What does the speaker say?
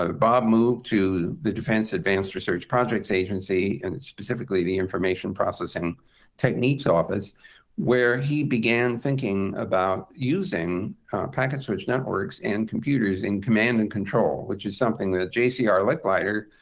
ah bob moved to the defense advanced research projects agency, and specifically the information processing techniques office where he began thinking about using packet switch networks and computers in command and control, which something that jcr ah licklider,